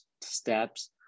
steps